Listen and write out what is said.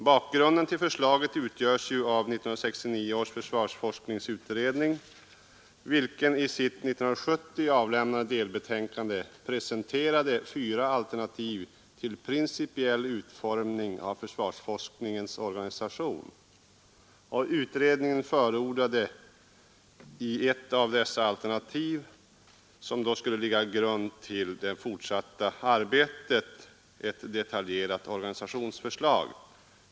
Bakgrunden till förslaget utgörs av 1969 års försvarsutredning, vilken i sitt år 1970 avlämnade delbetänkande presenterade fyra alternativ till principiell utformning av försvarsforskningens organisation. Utredningen förordade att ett av dessa alternativ skulle ligga till grund för det fortsatta arbetet på ett detaljerat organisationsförslag.